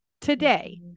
today